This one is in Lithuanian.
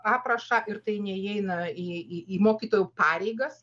aprašą ir tai neįeina į į į mokytojo pareigas